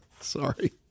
Sorry